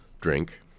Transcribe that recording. Drink